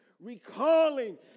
recalling